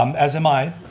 um as am i.